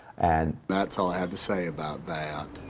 and. that's all i have to say about that.